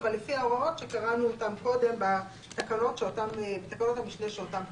אבל לפי ההוראות שקראנו אותן קודם בתקנות המשנה שאותן פירטנו.